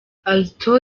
alto